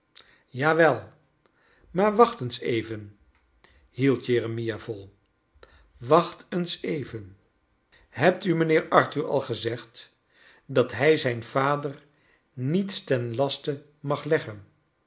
maar wacht eens even hield jeremia vol wacht eens even ilebt u mijnheer arthur al gezegd dat hij zijn vader niets ten laste mag ieggen